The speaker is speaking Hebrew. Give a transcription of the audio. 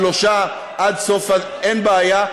שלושה, עד סוף, אין בעיה.